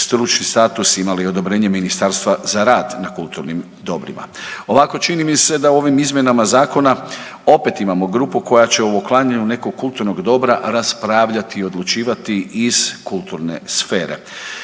stručni status imale i odobrenje ministarstva za rad na kulturnim dobrima. Ovako čini mi se da u ovim izmjenama zakona opet imamo grupu koja će o uklanjanju nekog kulturnog dobra raspravljati i odlučivati iz kulturne sfere,